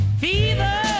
Fever